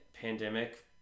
pandemic